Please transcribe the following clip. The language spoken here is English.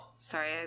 Sorry